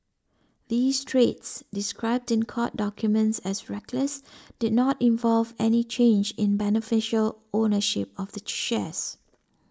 these trades described in court documents as reckless did not involve any change in beneficial ownership of the shares